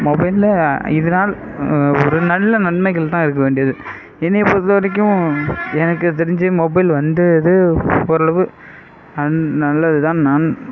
மொபைலில் இதனால் ஒரு நல்ல நன்மைகள்தான் இதுக்கு வேண்டியது என்னை பொறுத்தவரைக்கும் எனக்கு தெரிஞ்சு மொபைல் வந்தது ஓரளவு நல்லதுதான் நான்